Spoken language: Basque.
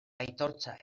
aitortza